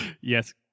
Yes